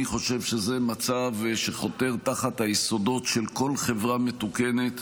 אני חושב שזה מצב שחותר תחת היסודות של כל חברה מתוקנת.